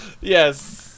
Yes